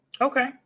Okay